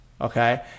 Okay